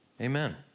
Amen